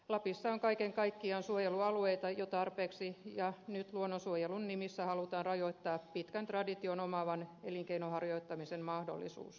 lapissa on kaiken kaikkiaan suojelualueita jo tarpeeksi ja nyt luonnonsuojelun nimissä halutaan rajoittaa pitkän tradition omaavan elinkeinon harjoittamisen mahdollisuus